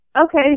okay